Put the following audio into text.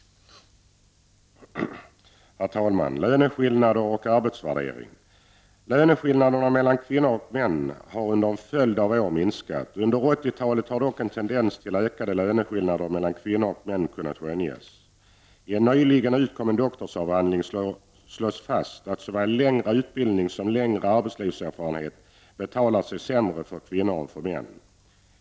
Herr talman! Löneskillnaderna mellan kvinnor och män har under en följd av år minskat. Under 80 talet har dock en tendens till ökade löneskillnader kunnat skönjas. I en nyligen utkommen doktorsavhandling slås fast att såväl längre utbildning som längre arbetslivserfarenhet betalar sig sämre för kvinnor än för män.